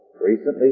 recently